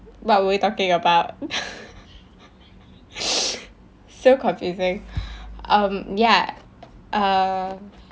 what were we talking about so confusing um ya um